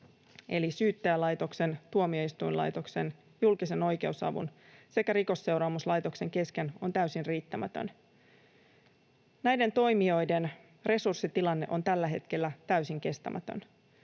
eli Syyttäjälaitoksen, tuomioistuinlaitoksen, julkisen oikeusavun sekä Rikosseuraamuslaitoksen kesken on täysin riittämätön. Näiden toimijoiden resurssitilanne on tällä hetkellä täysin kestämätön.